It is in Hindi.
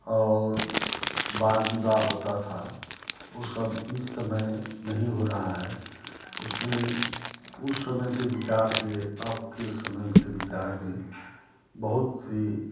और बाल विवाह होता था वह सब इस समय नहीं हो रहा है उसमें उस समय के विचार से अबके समय के विचार में बहुत सी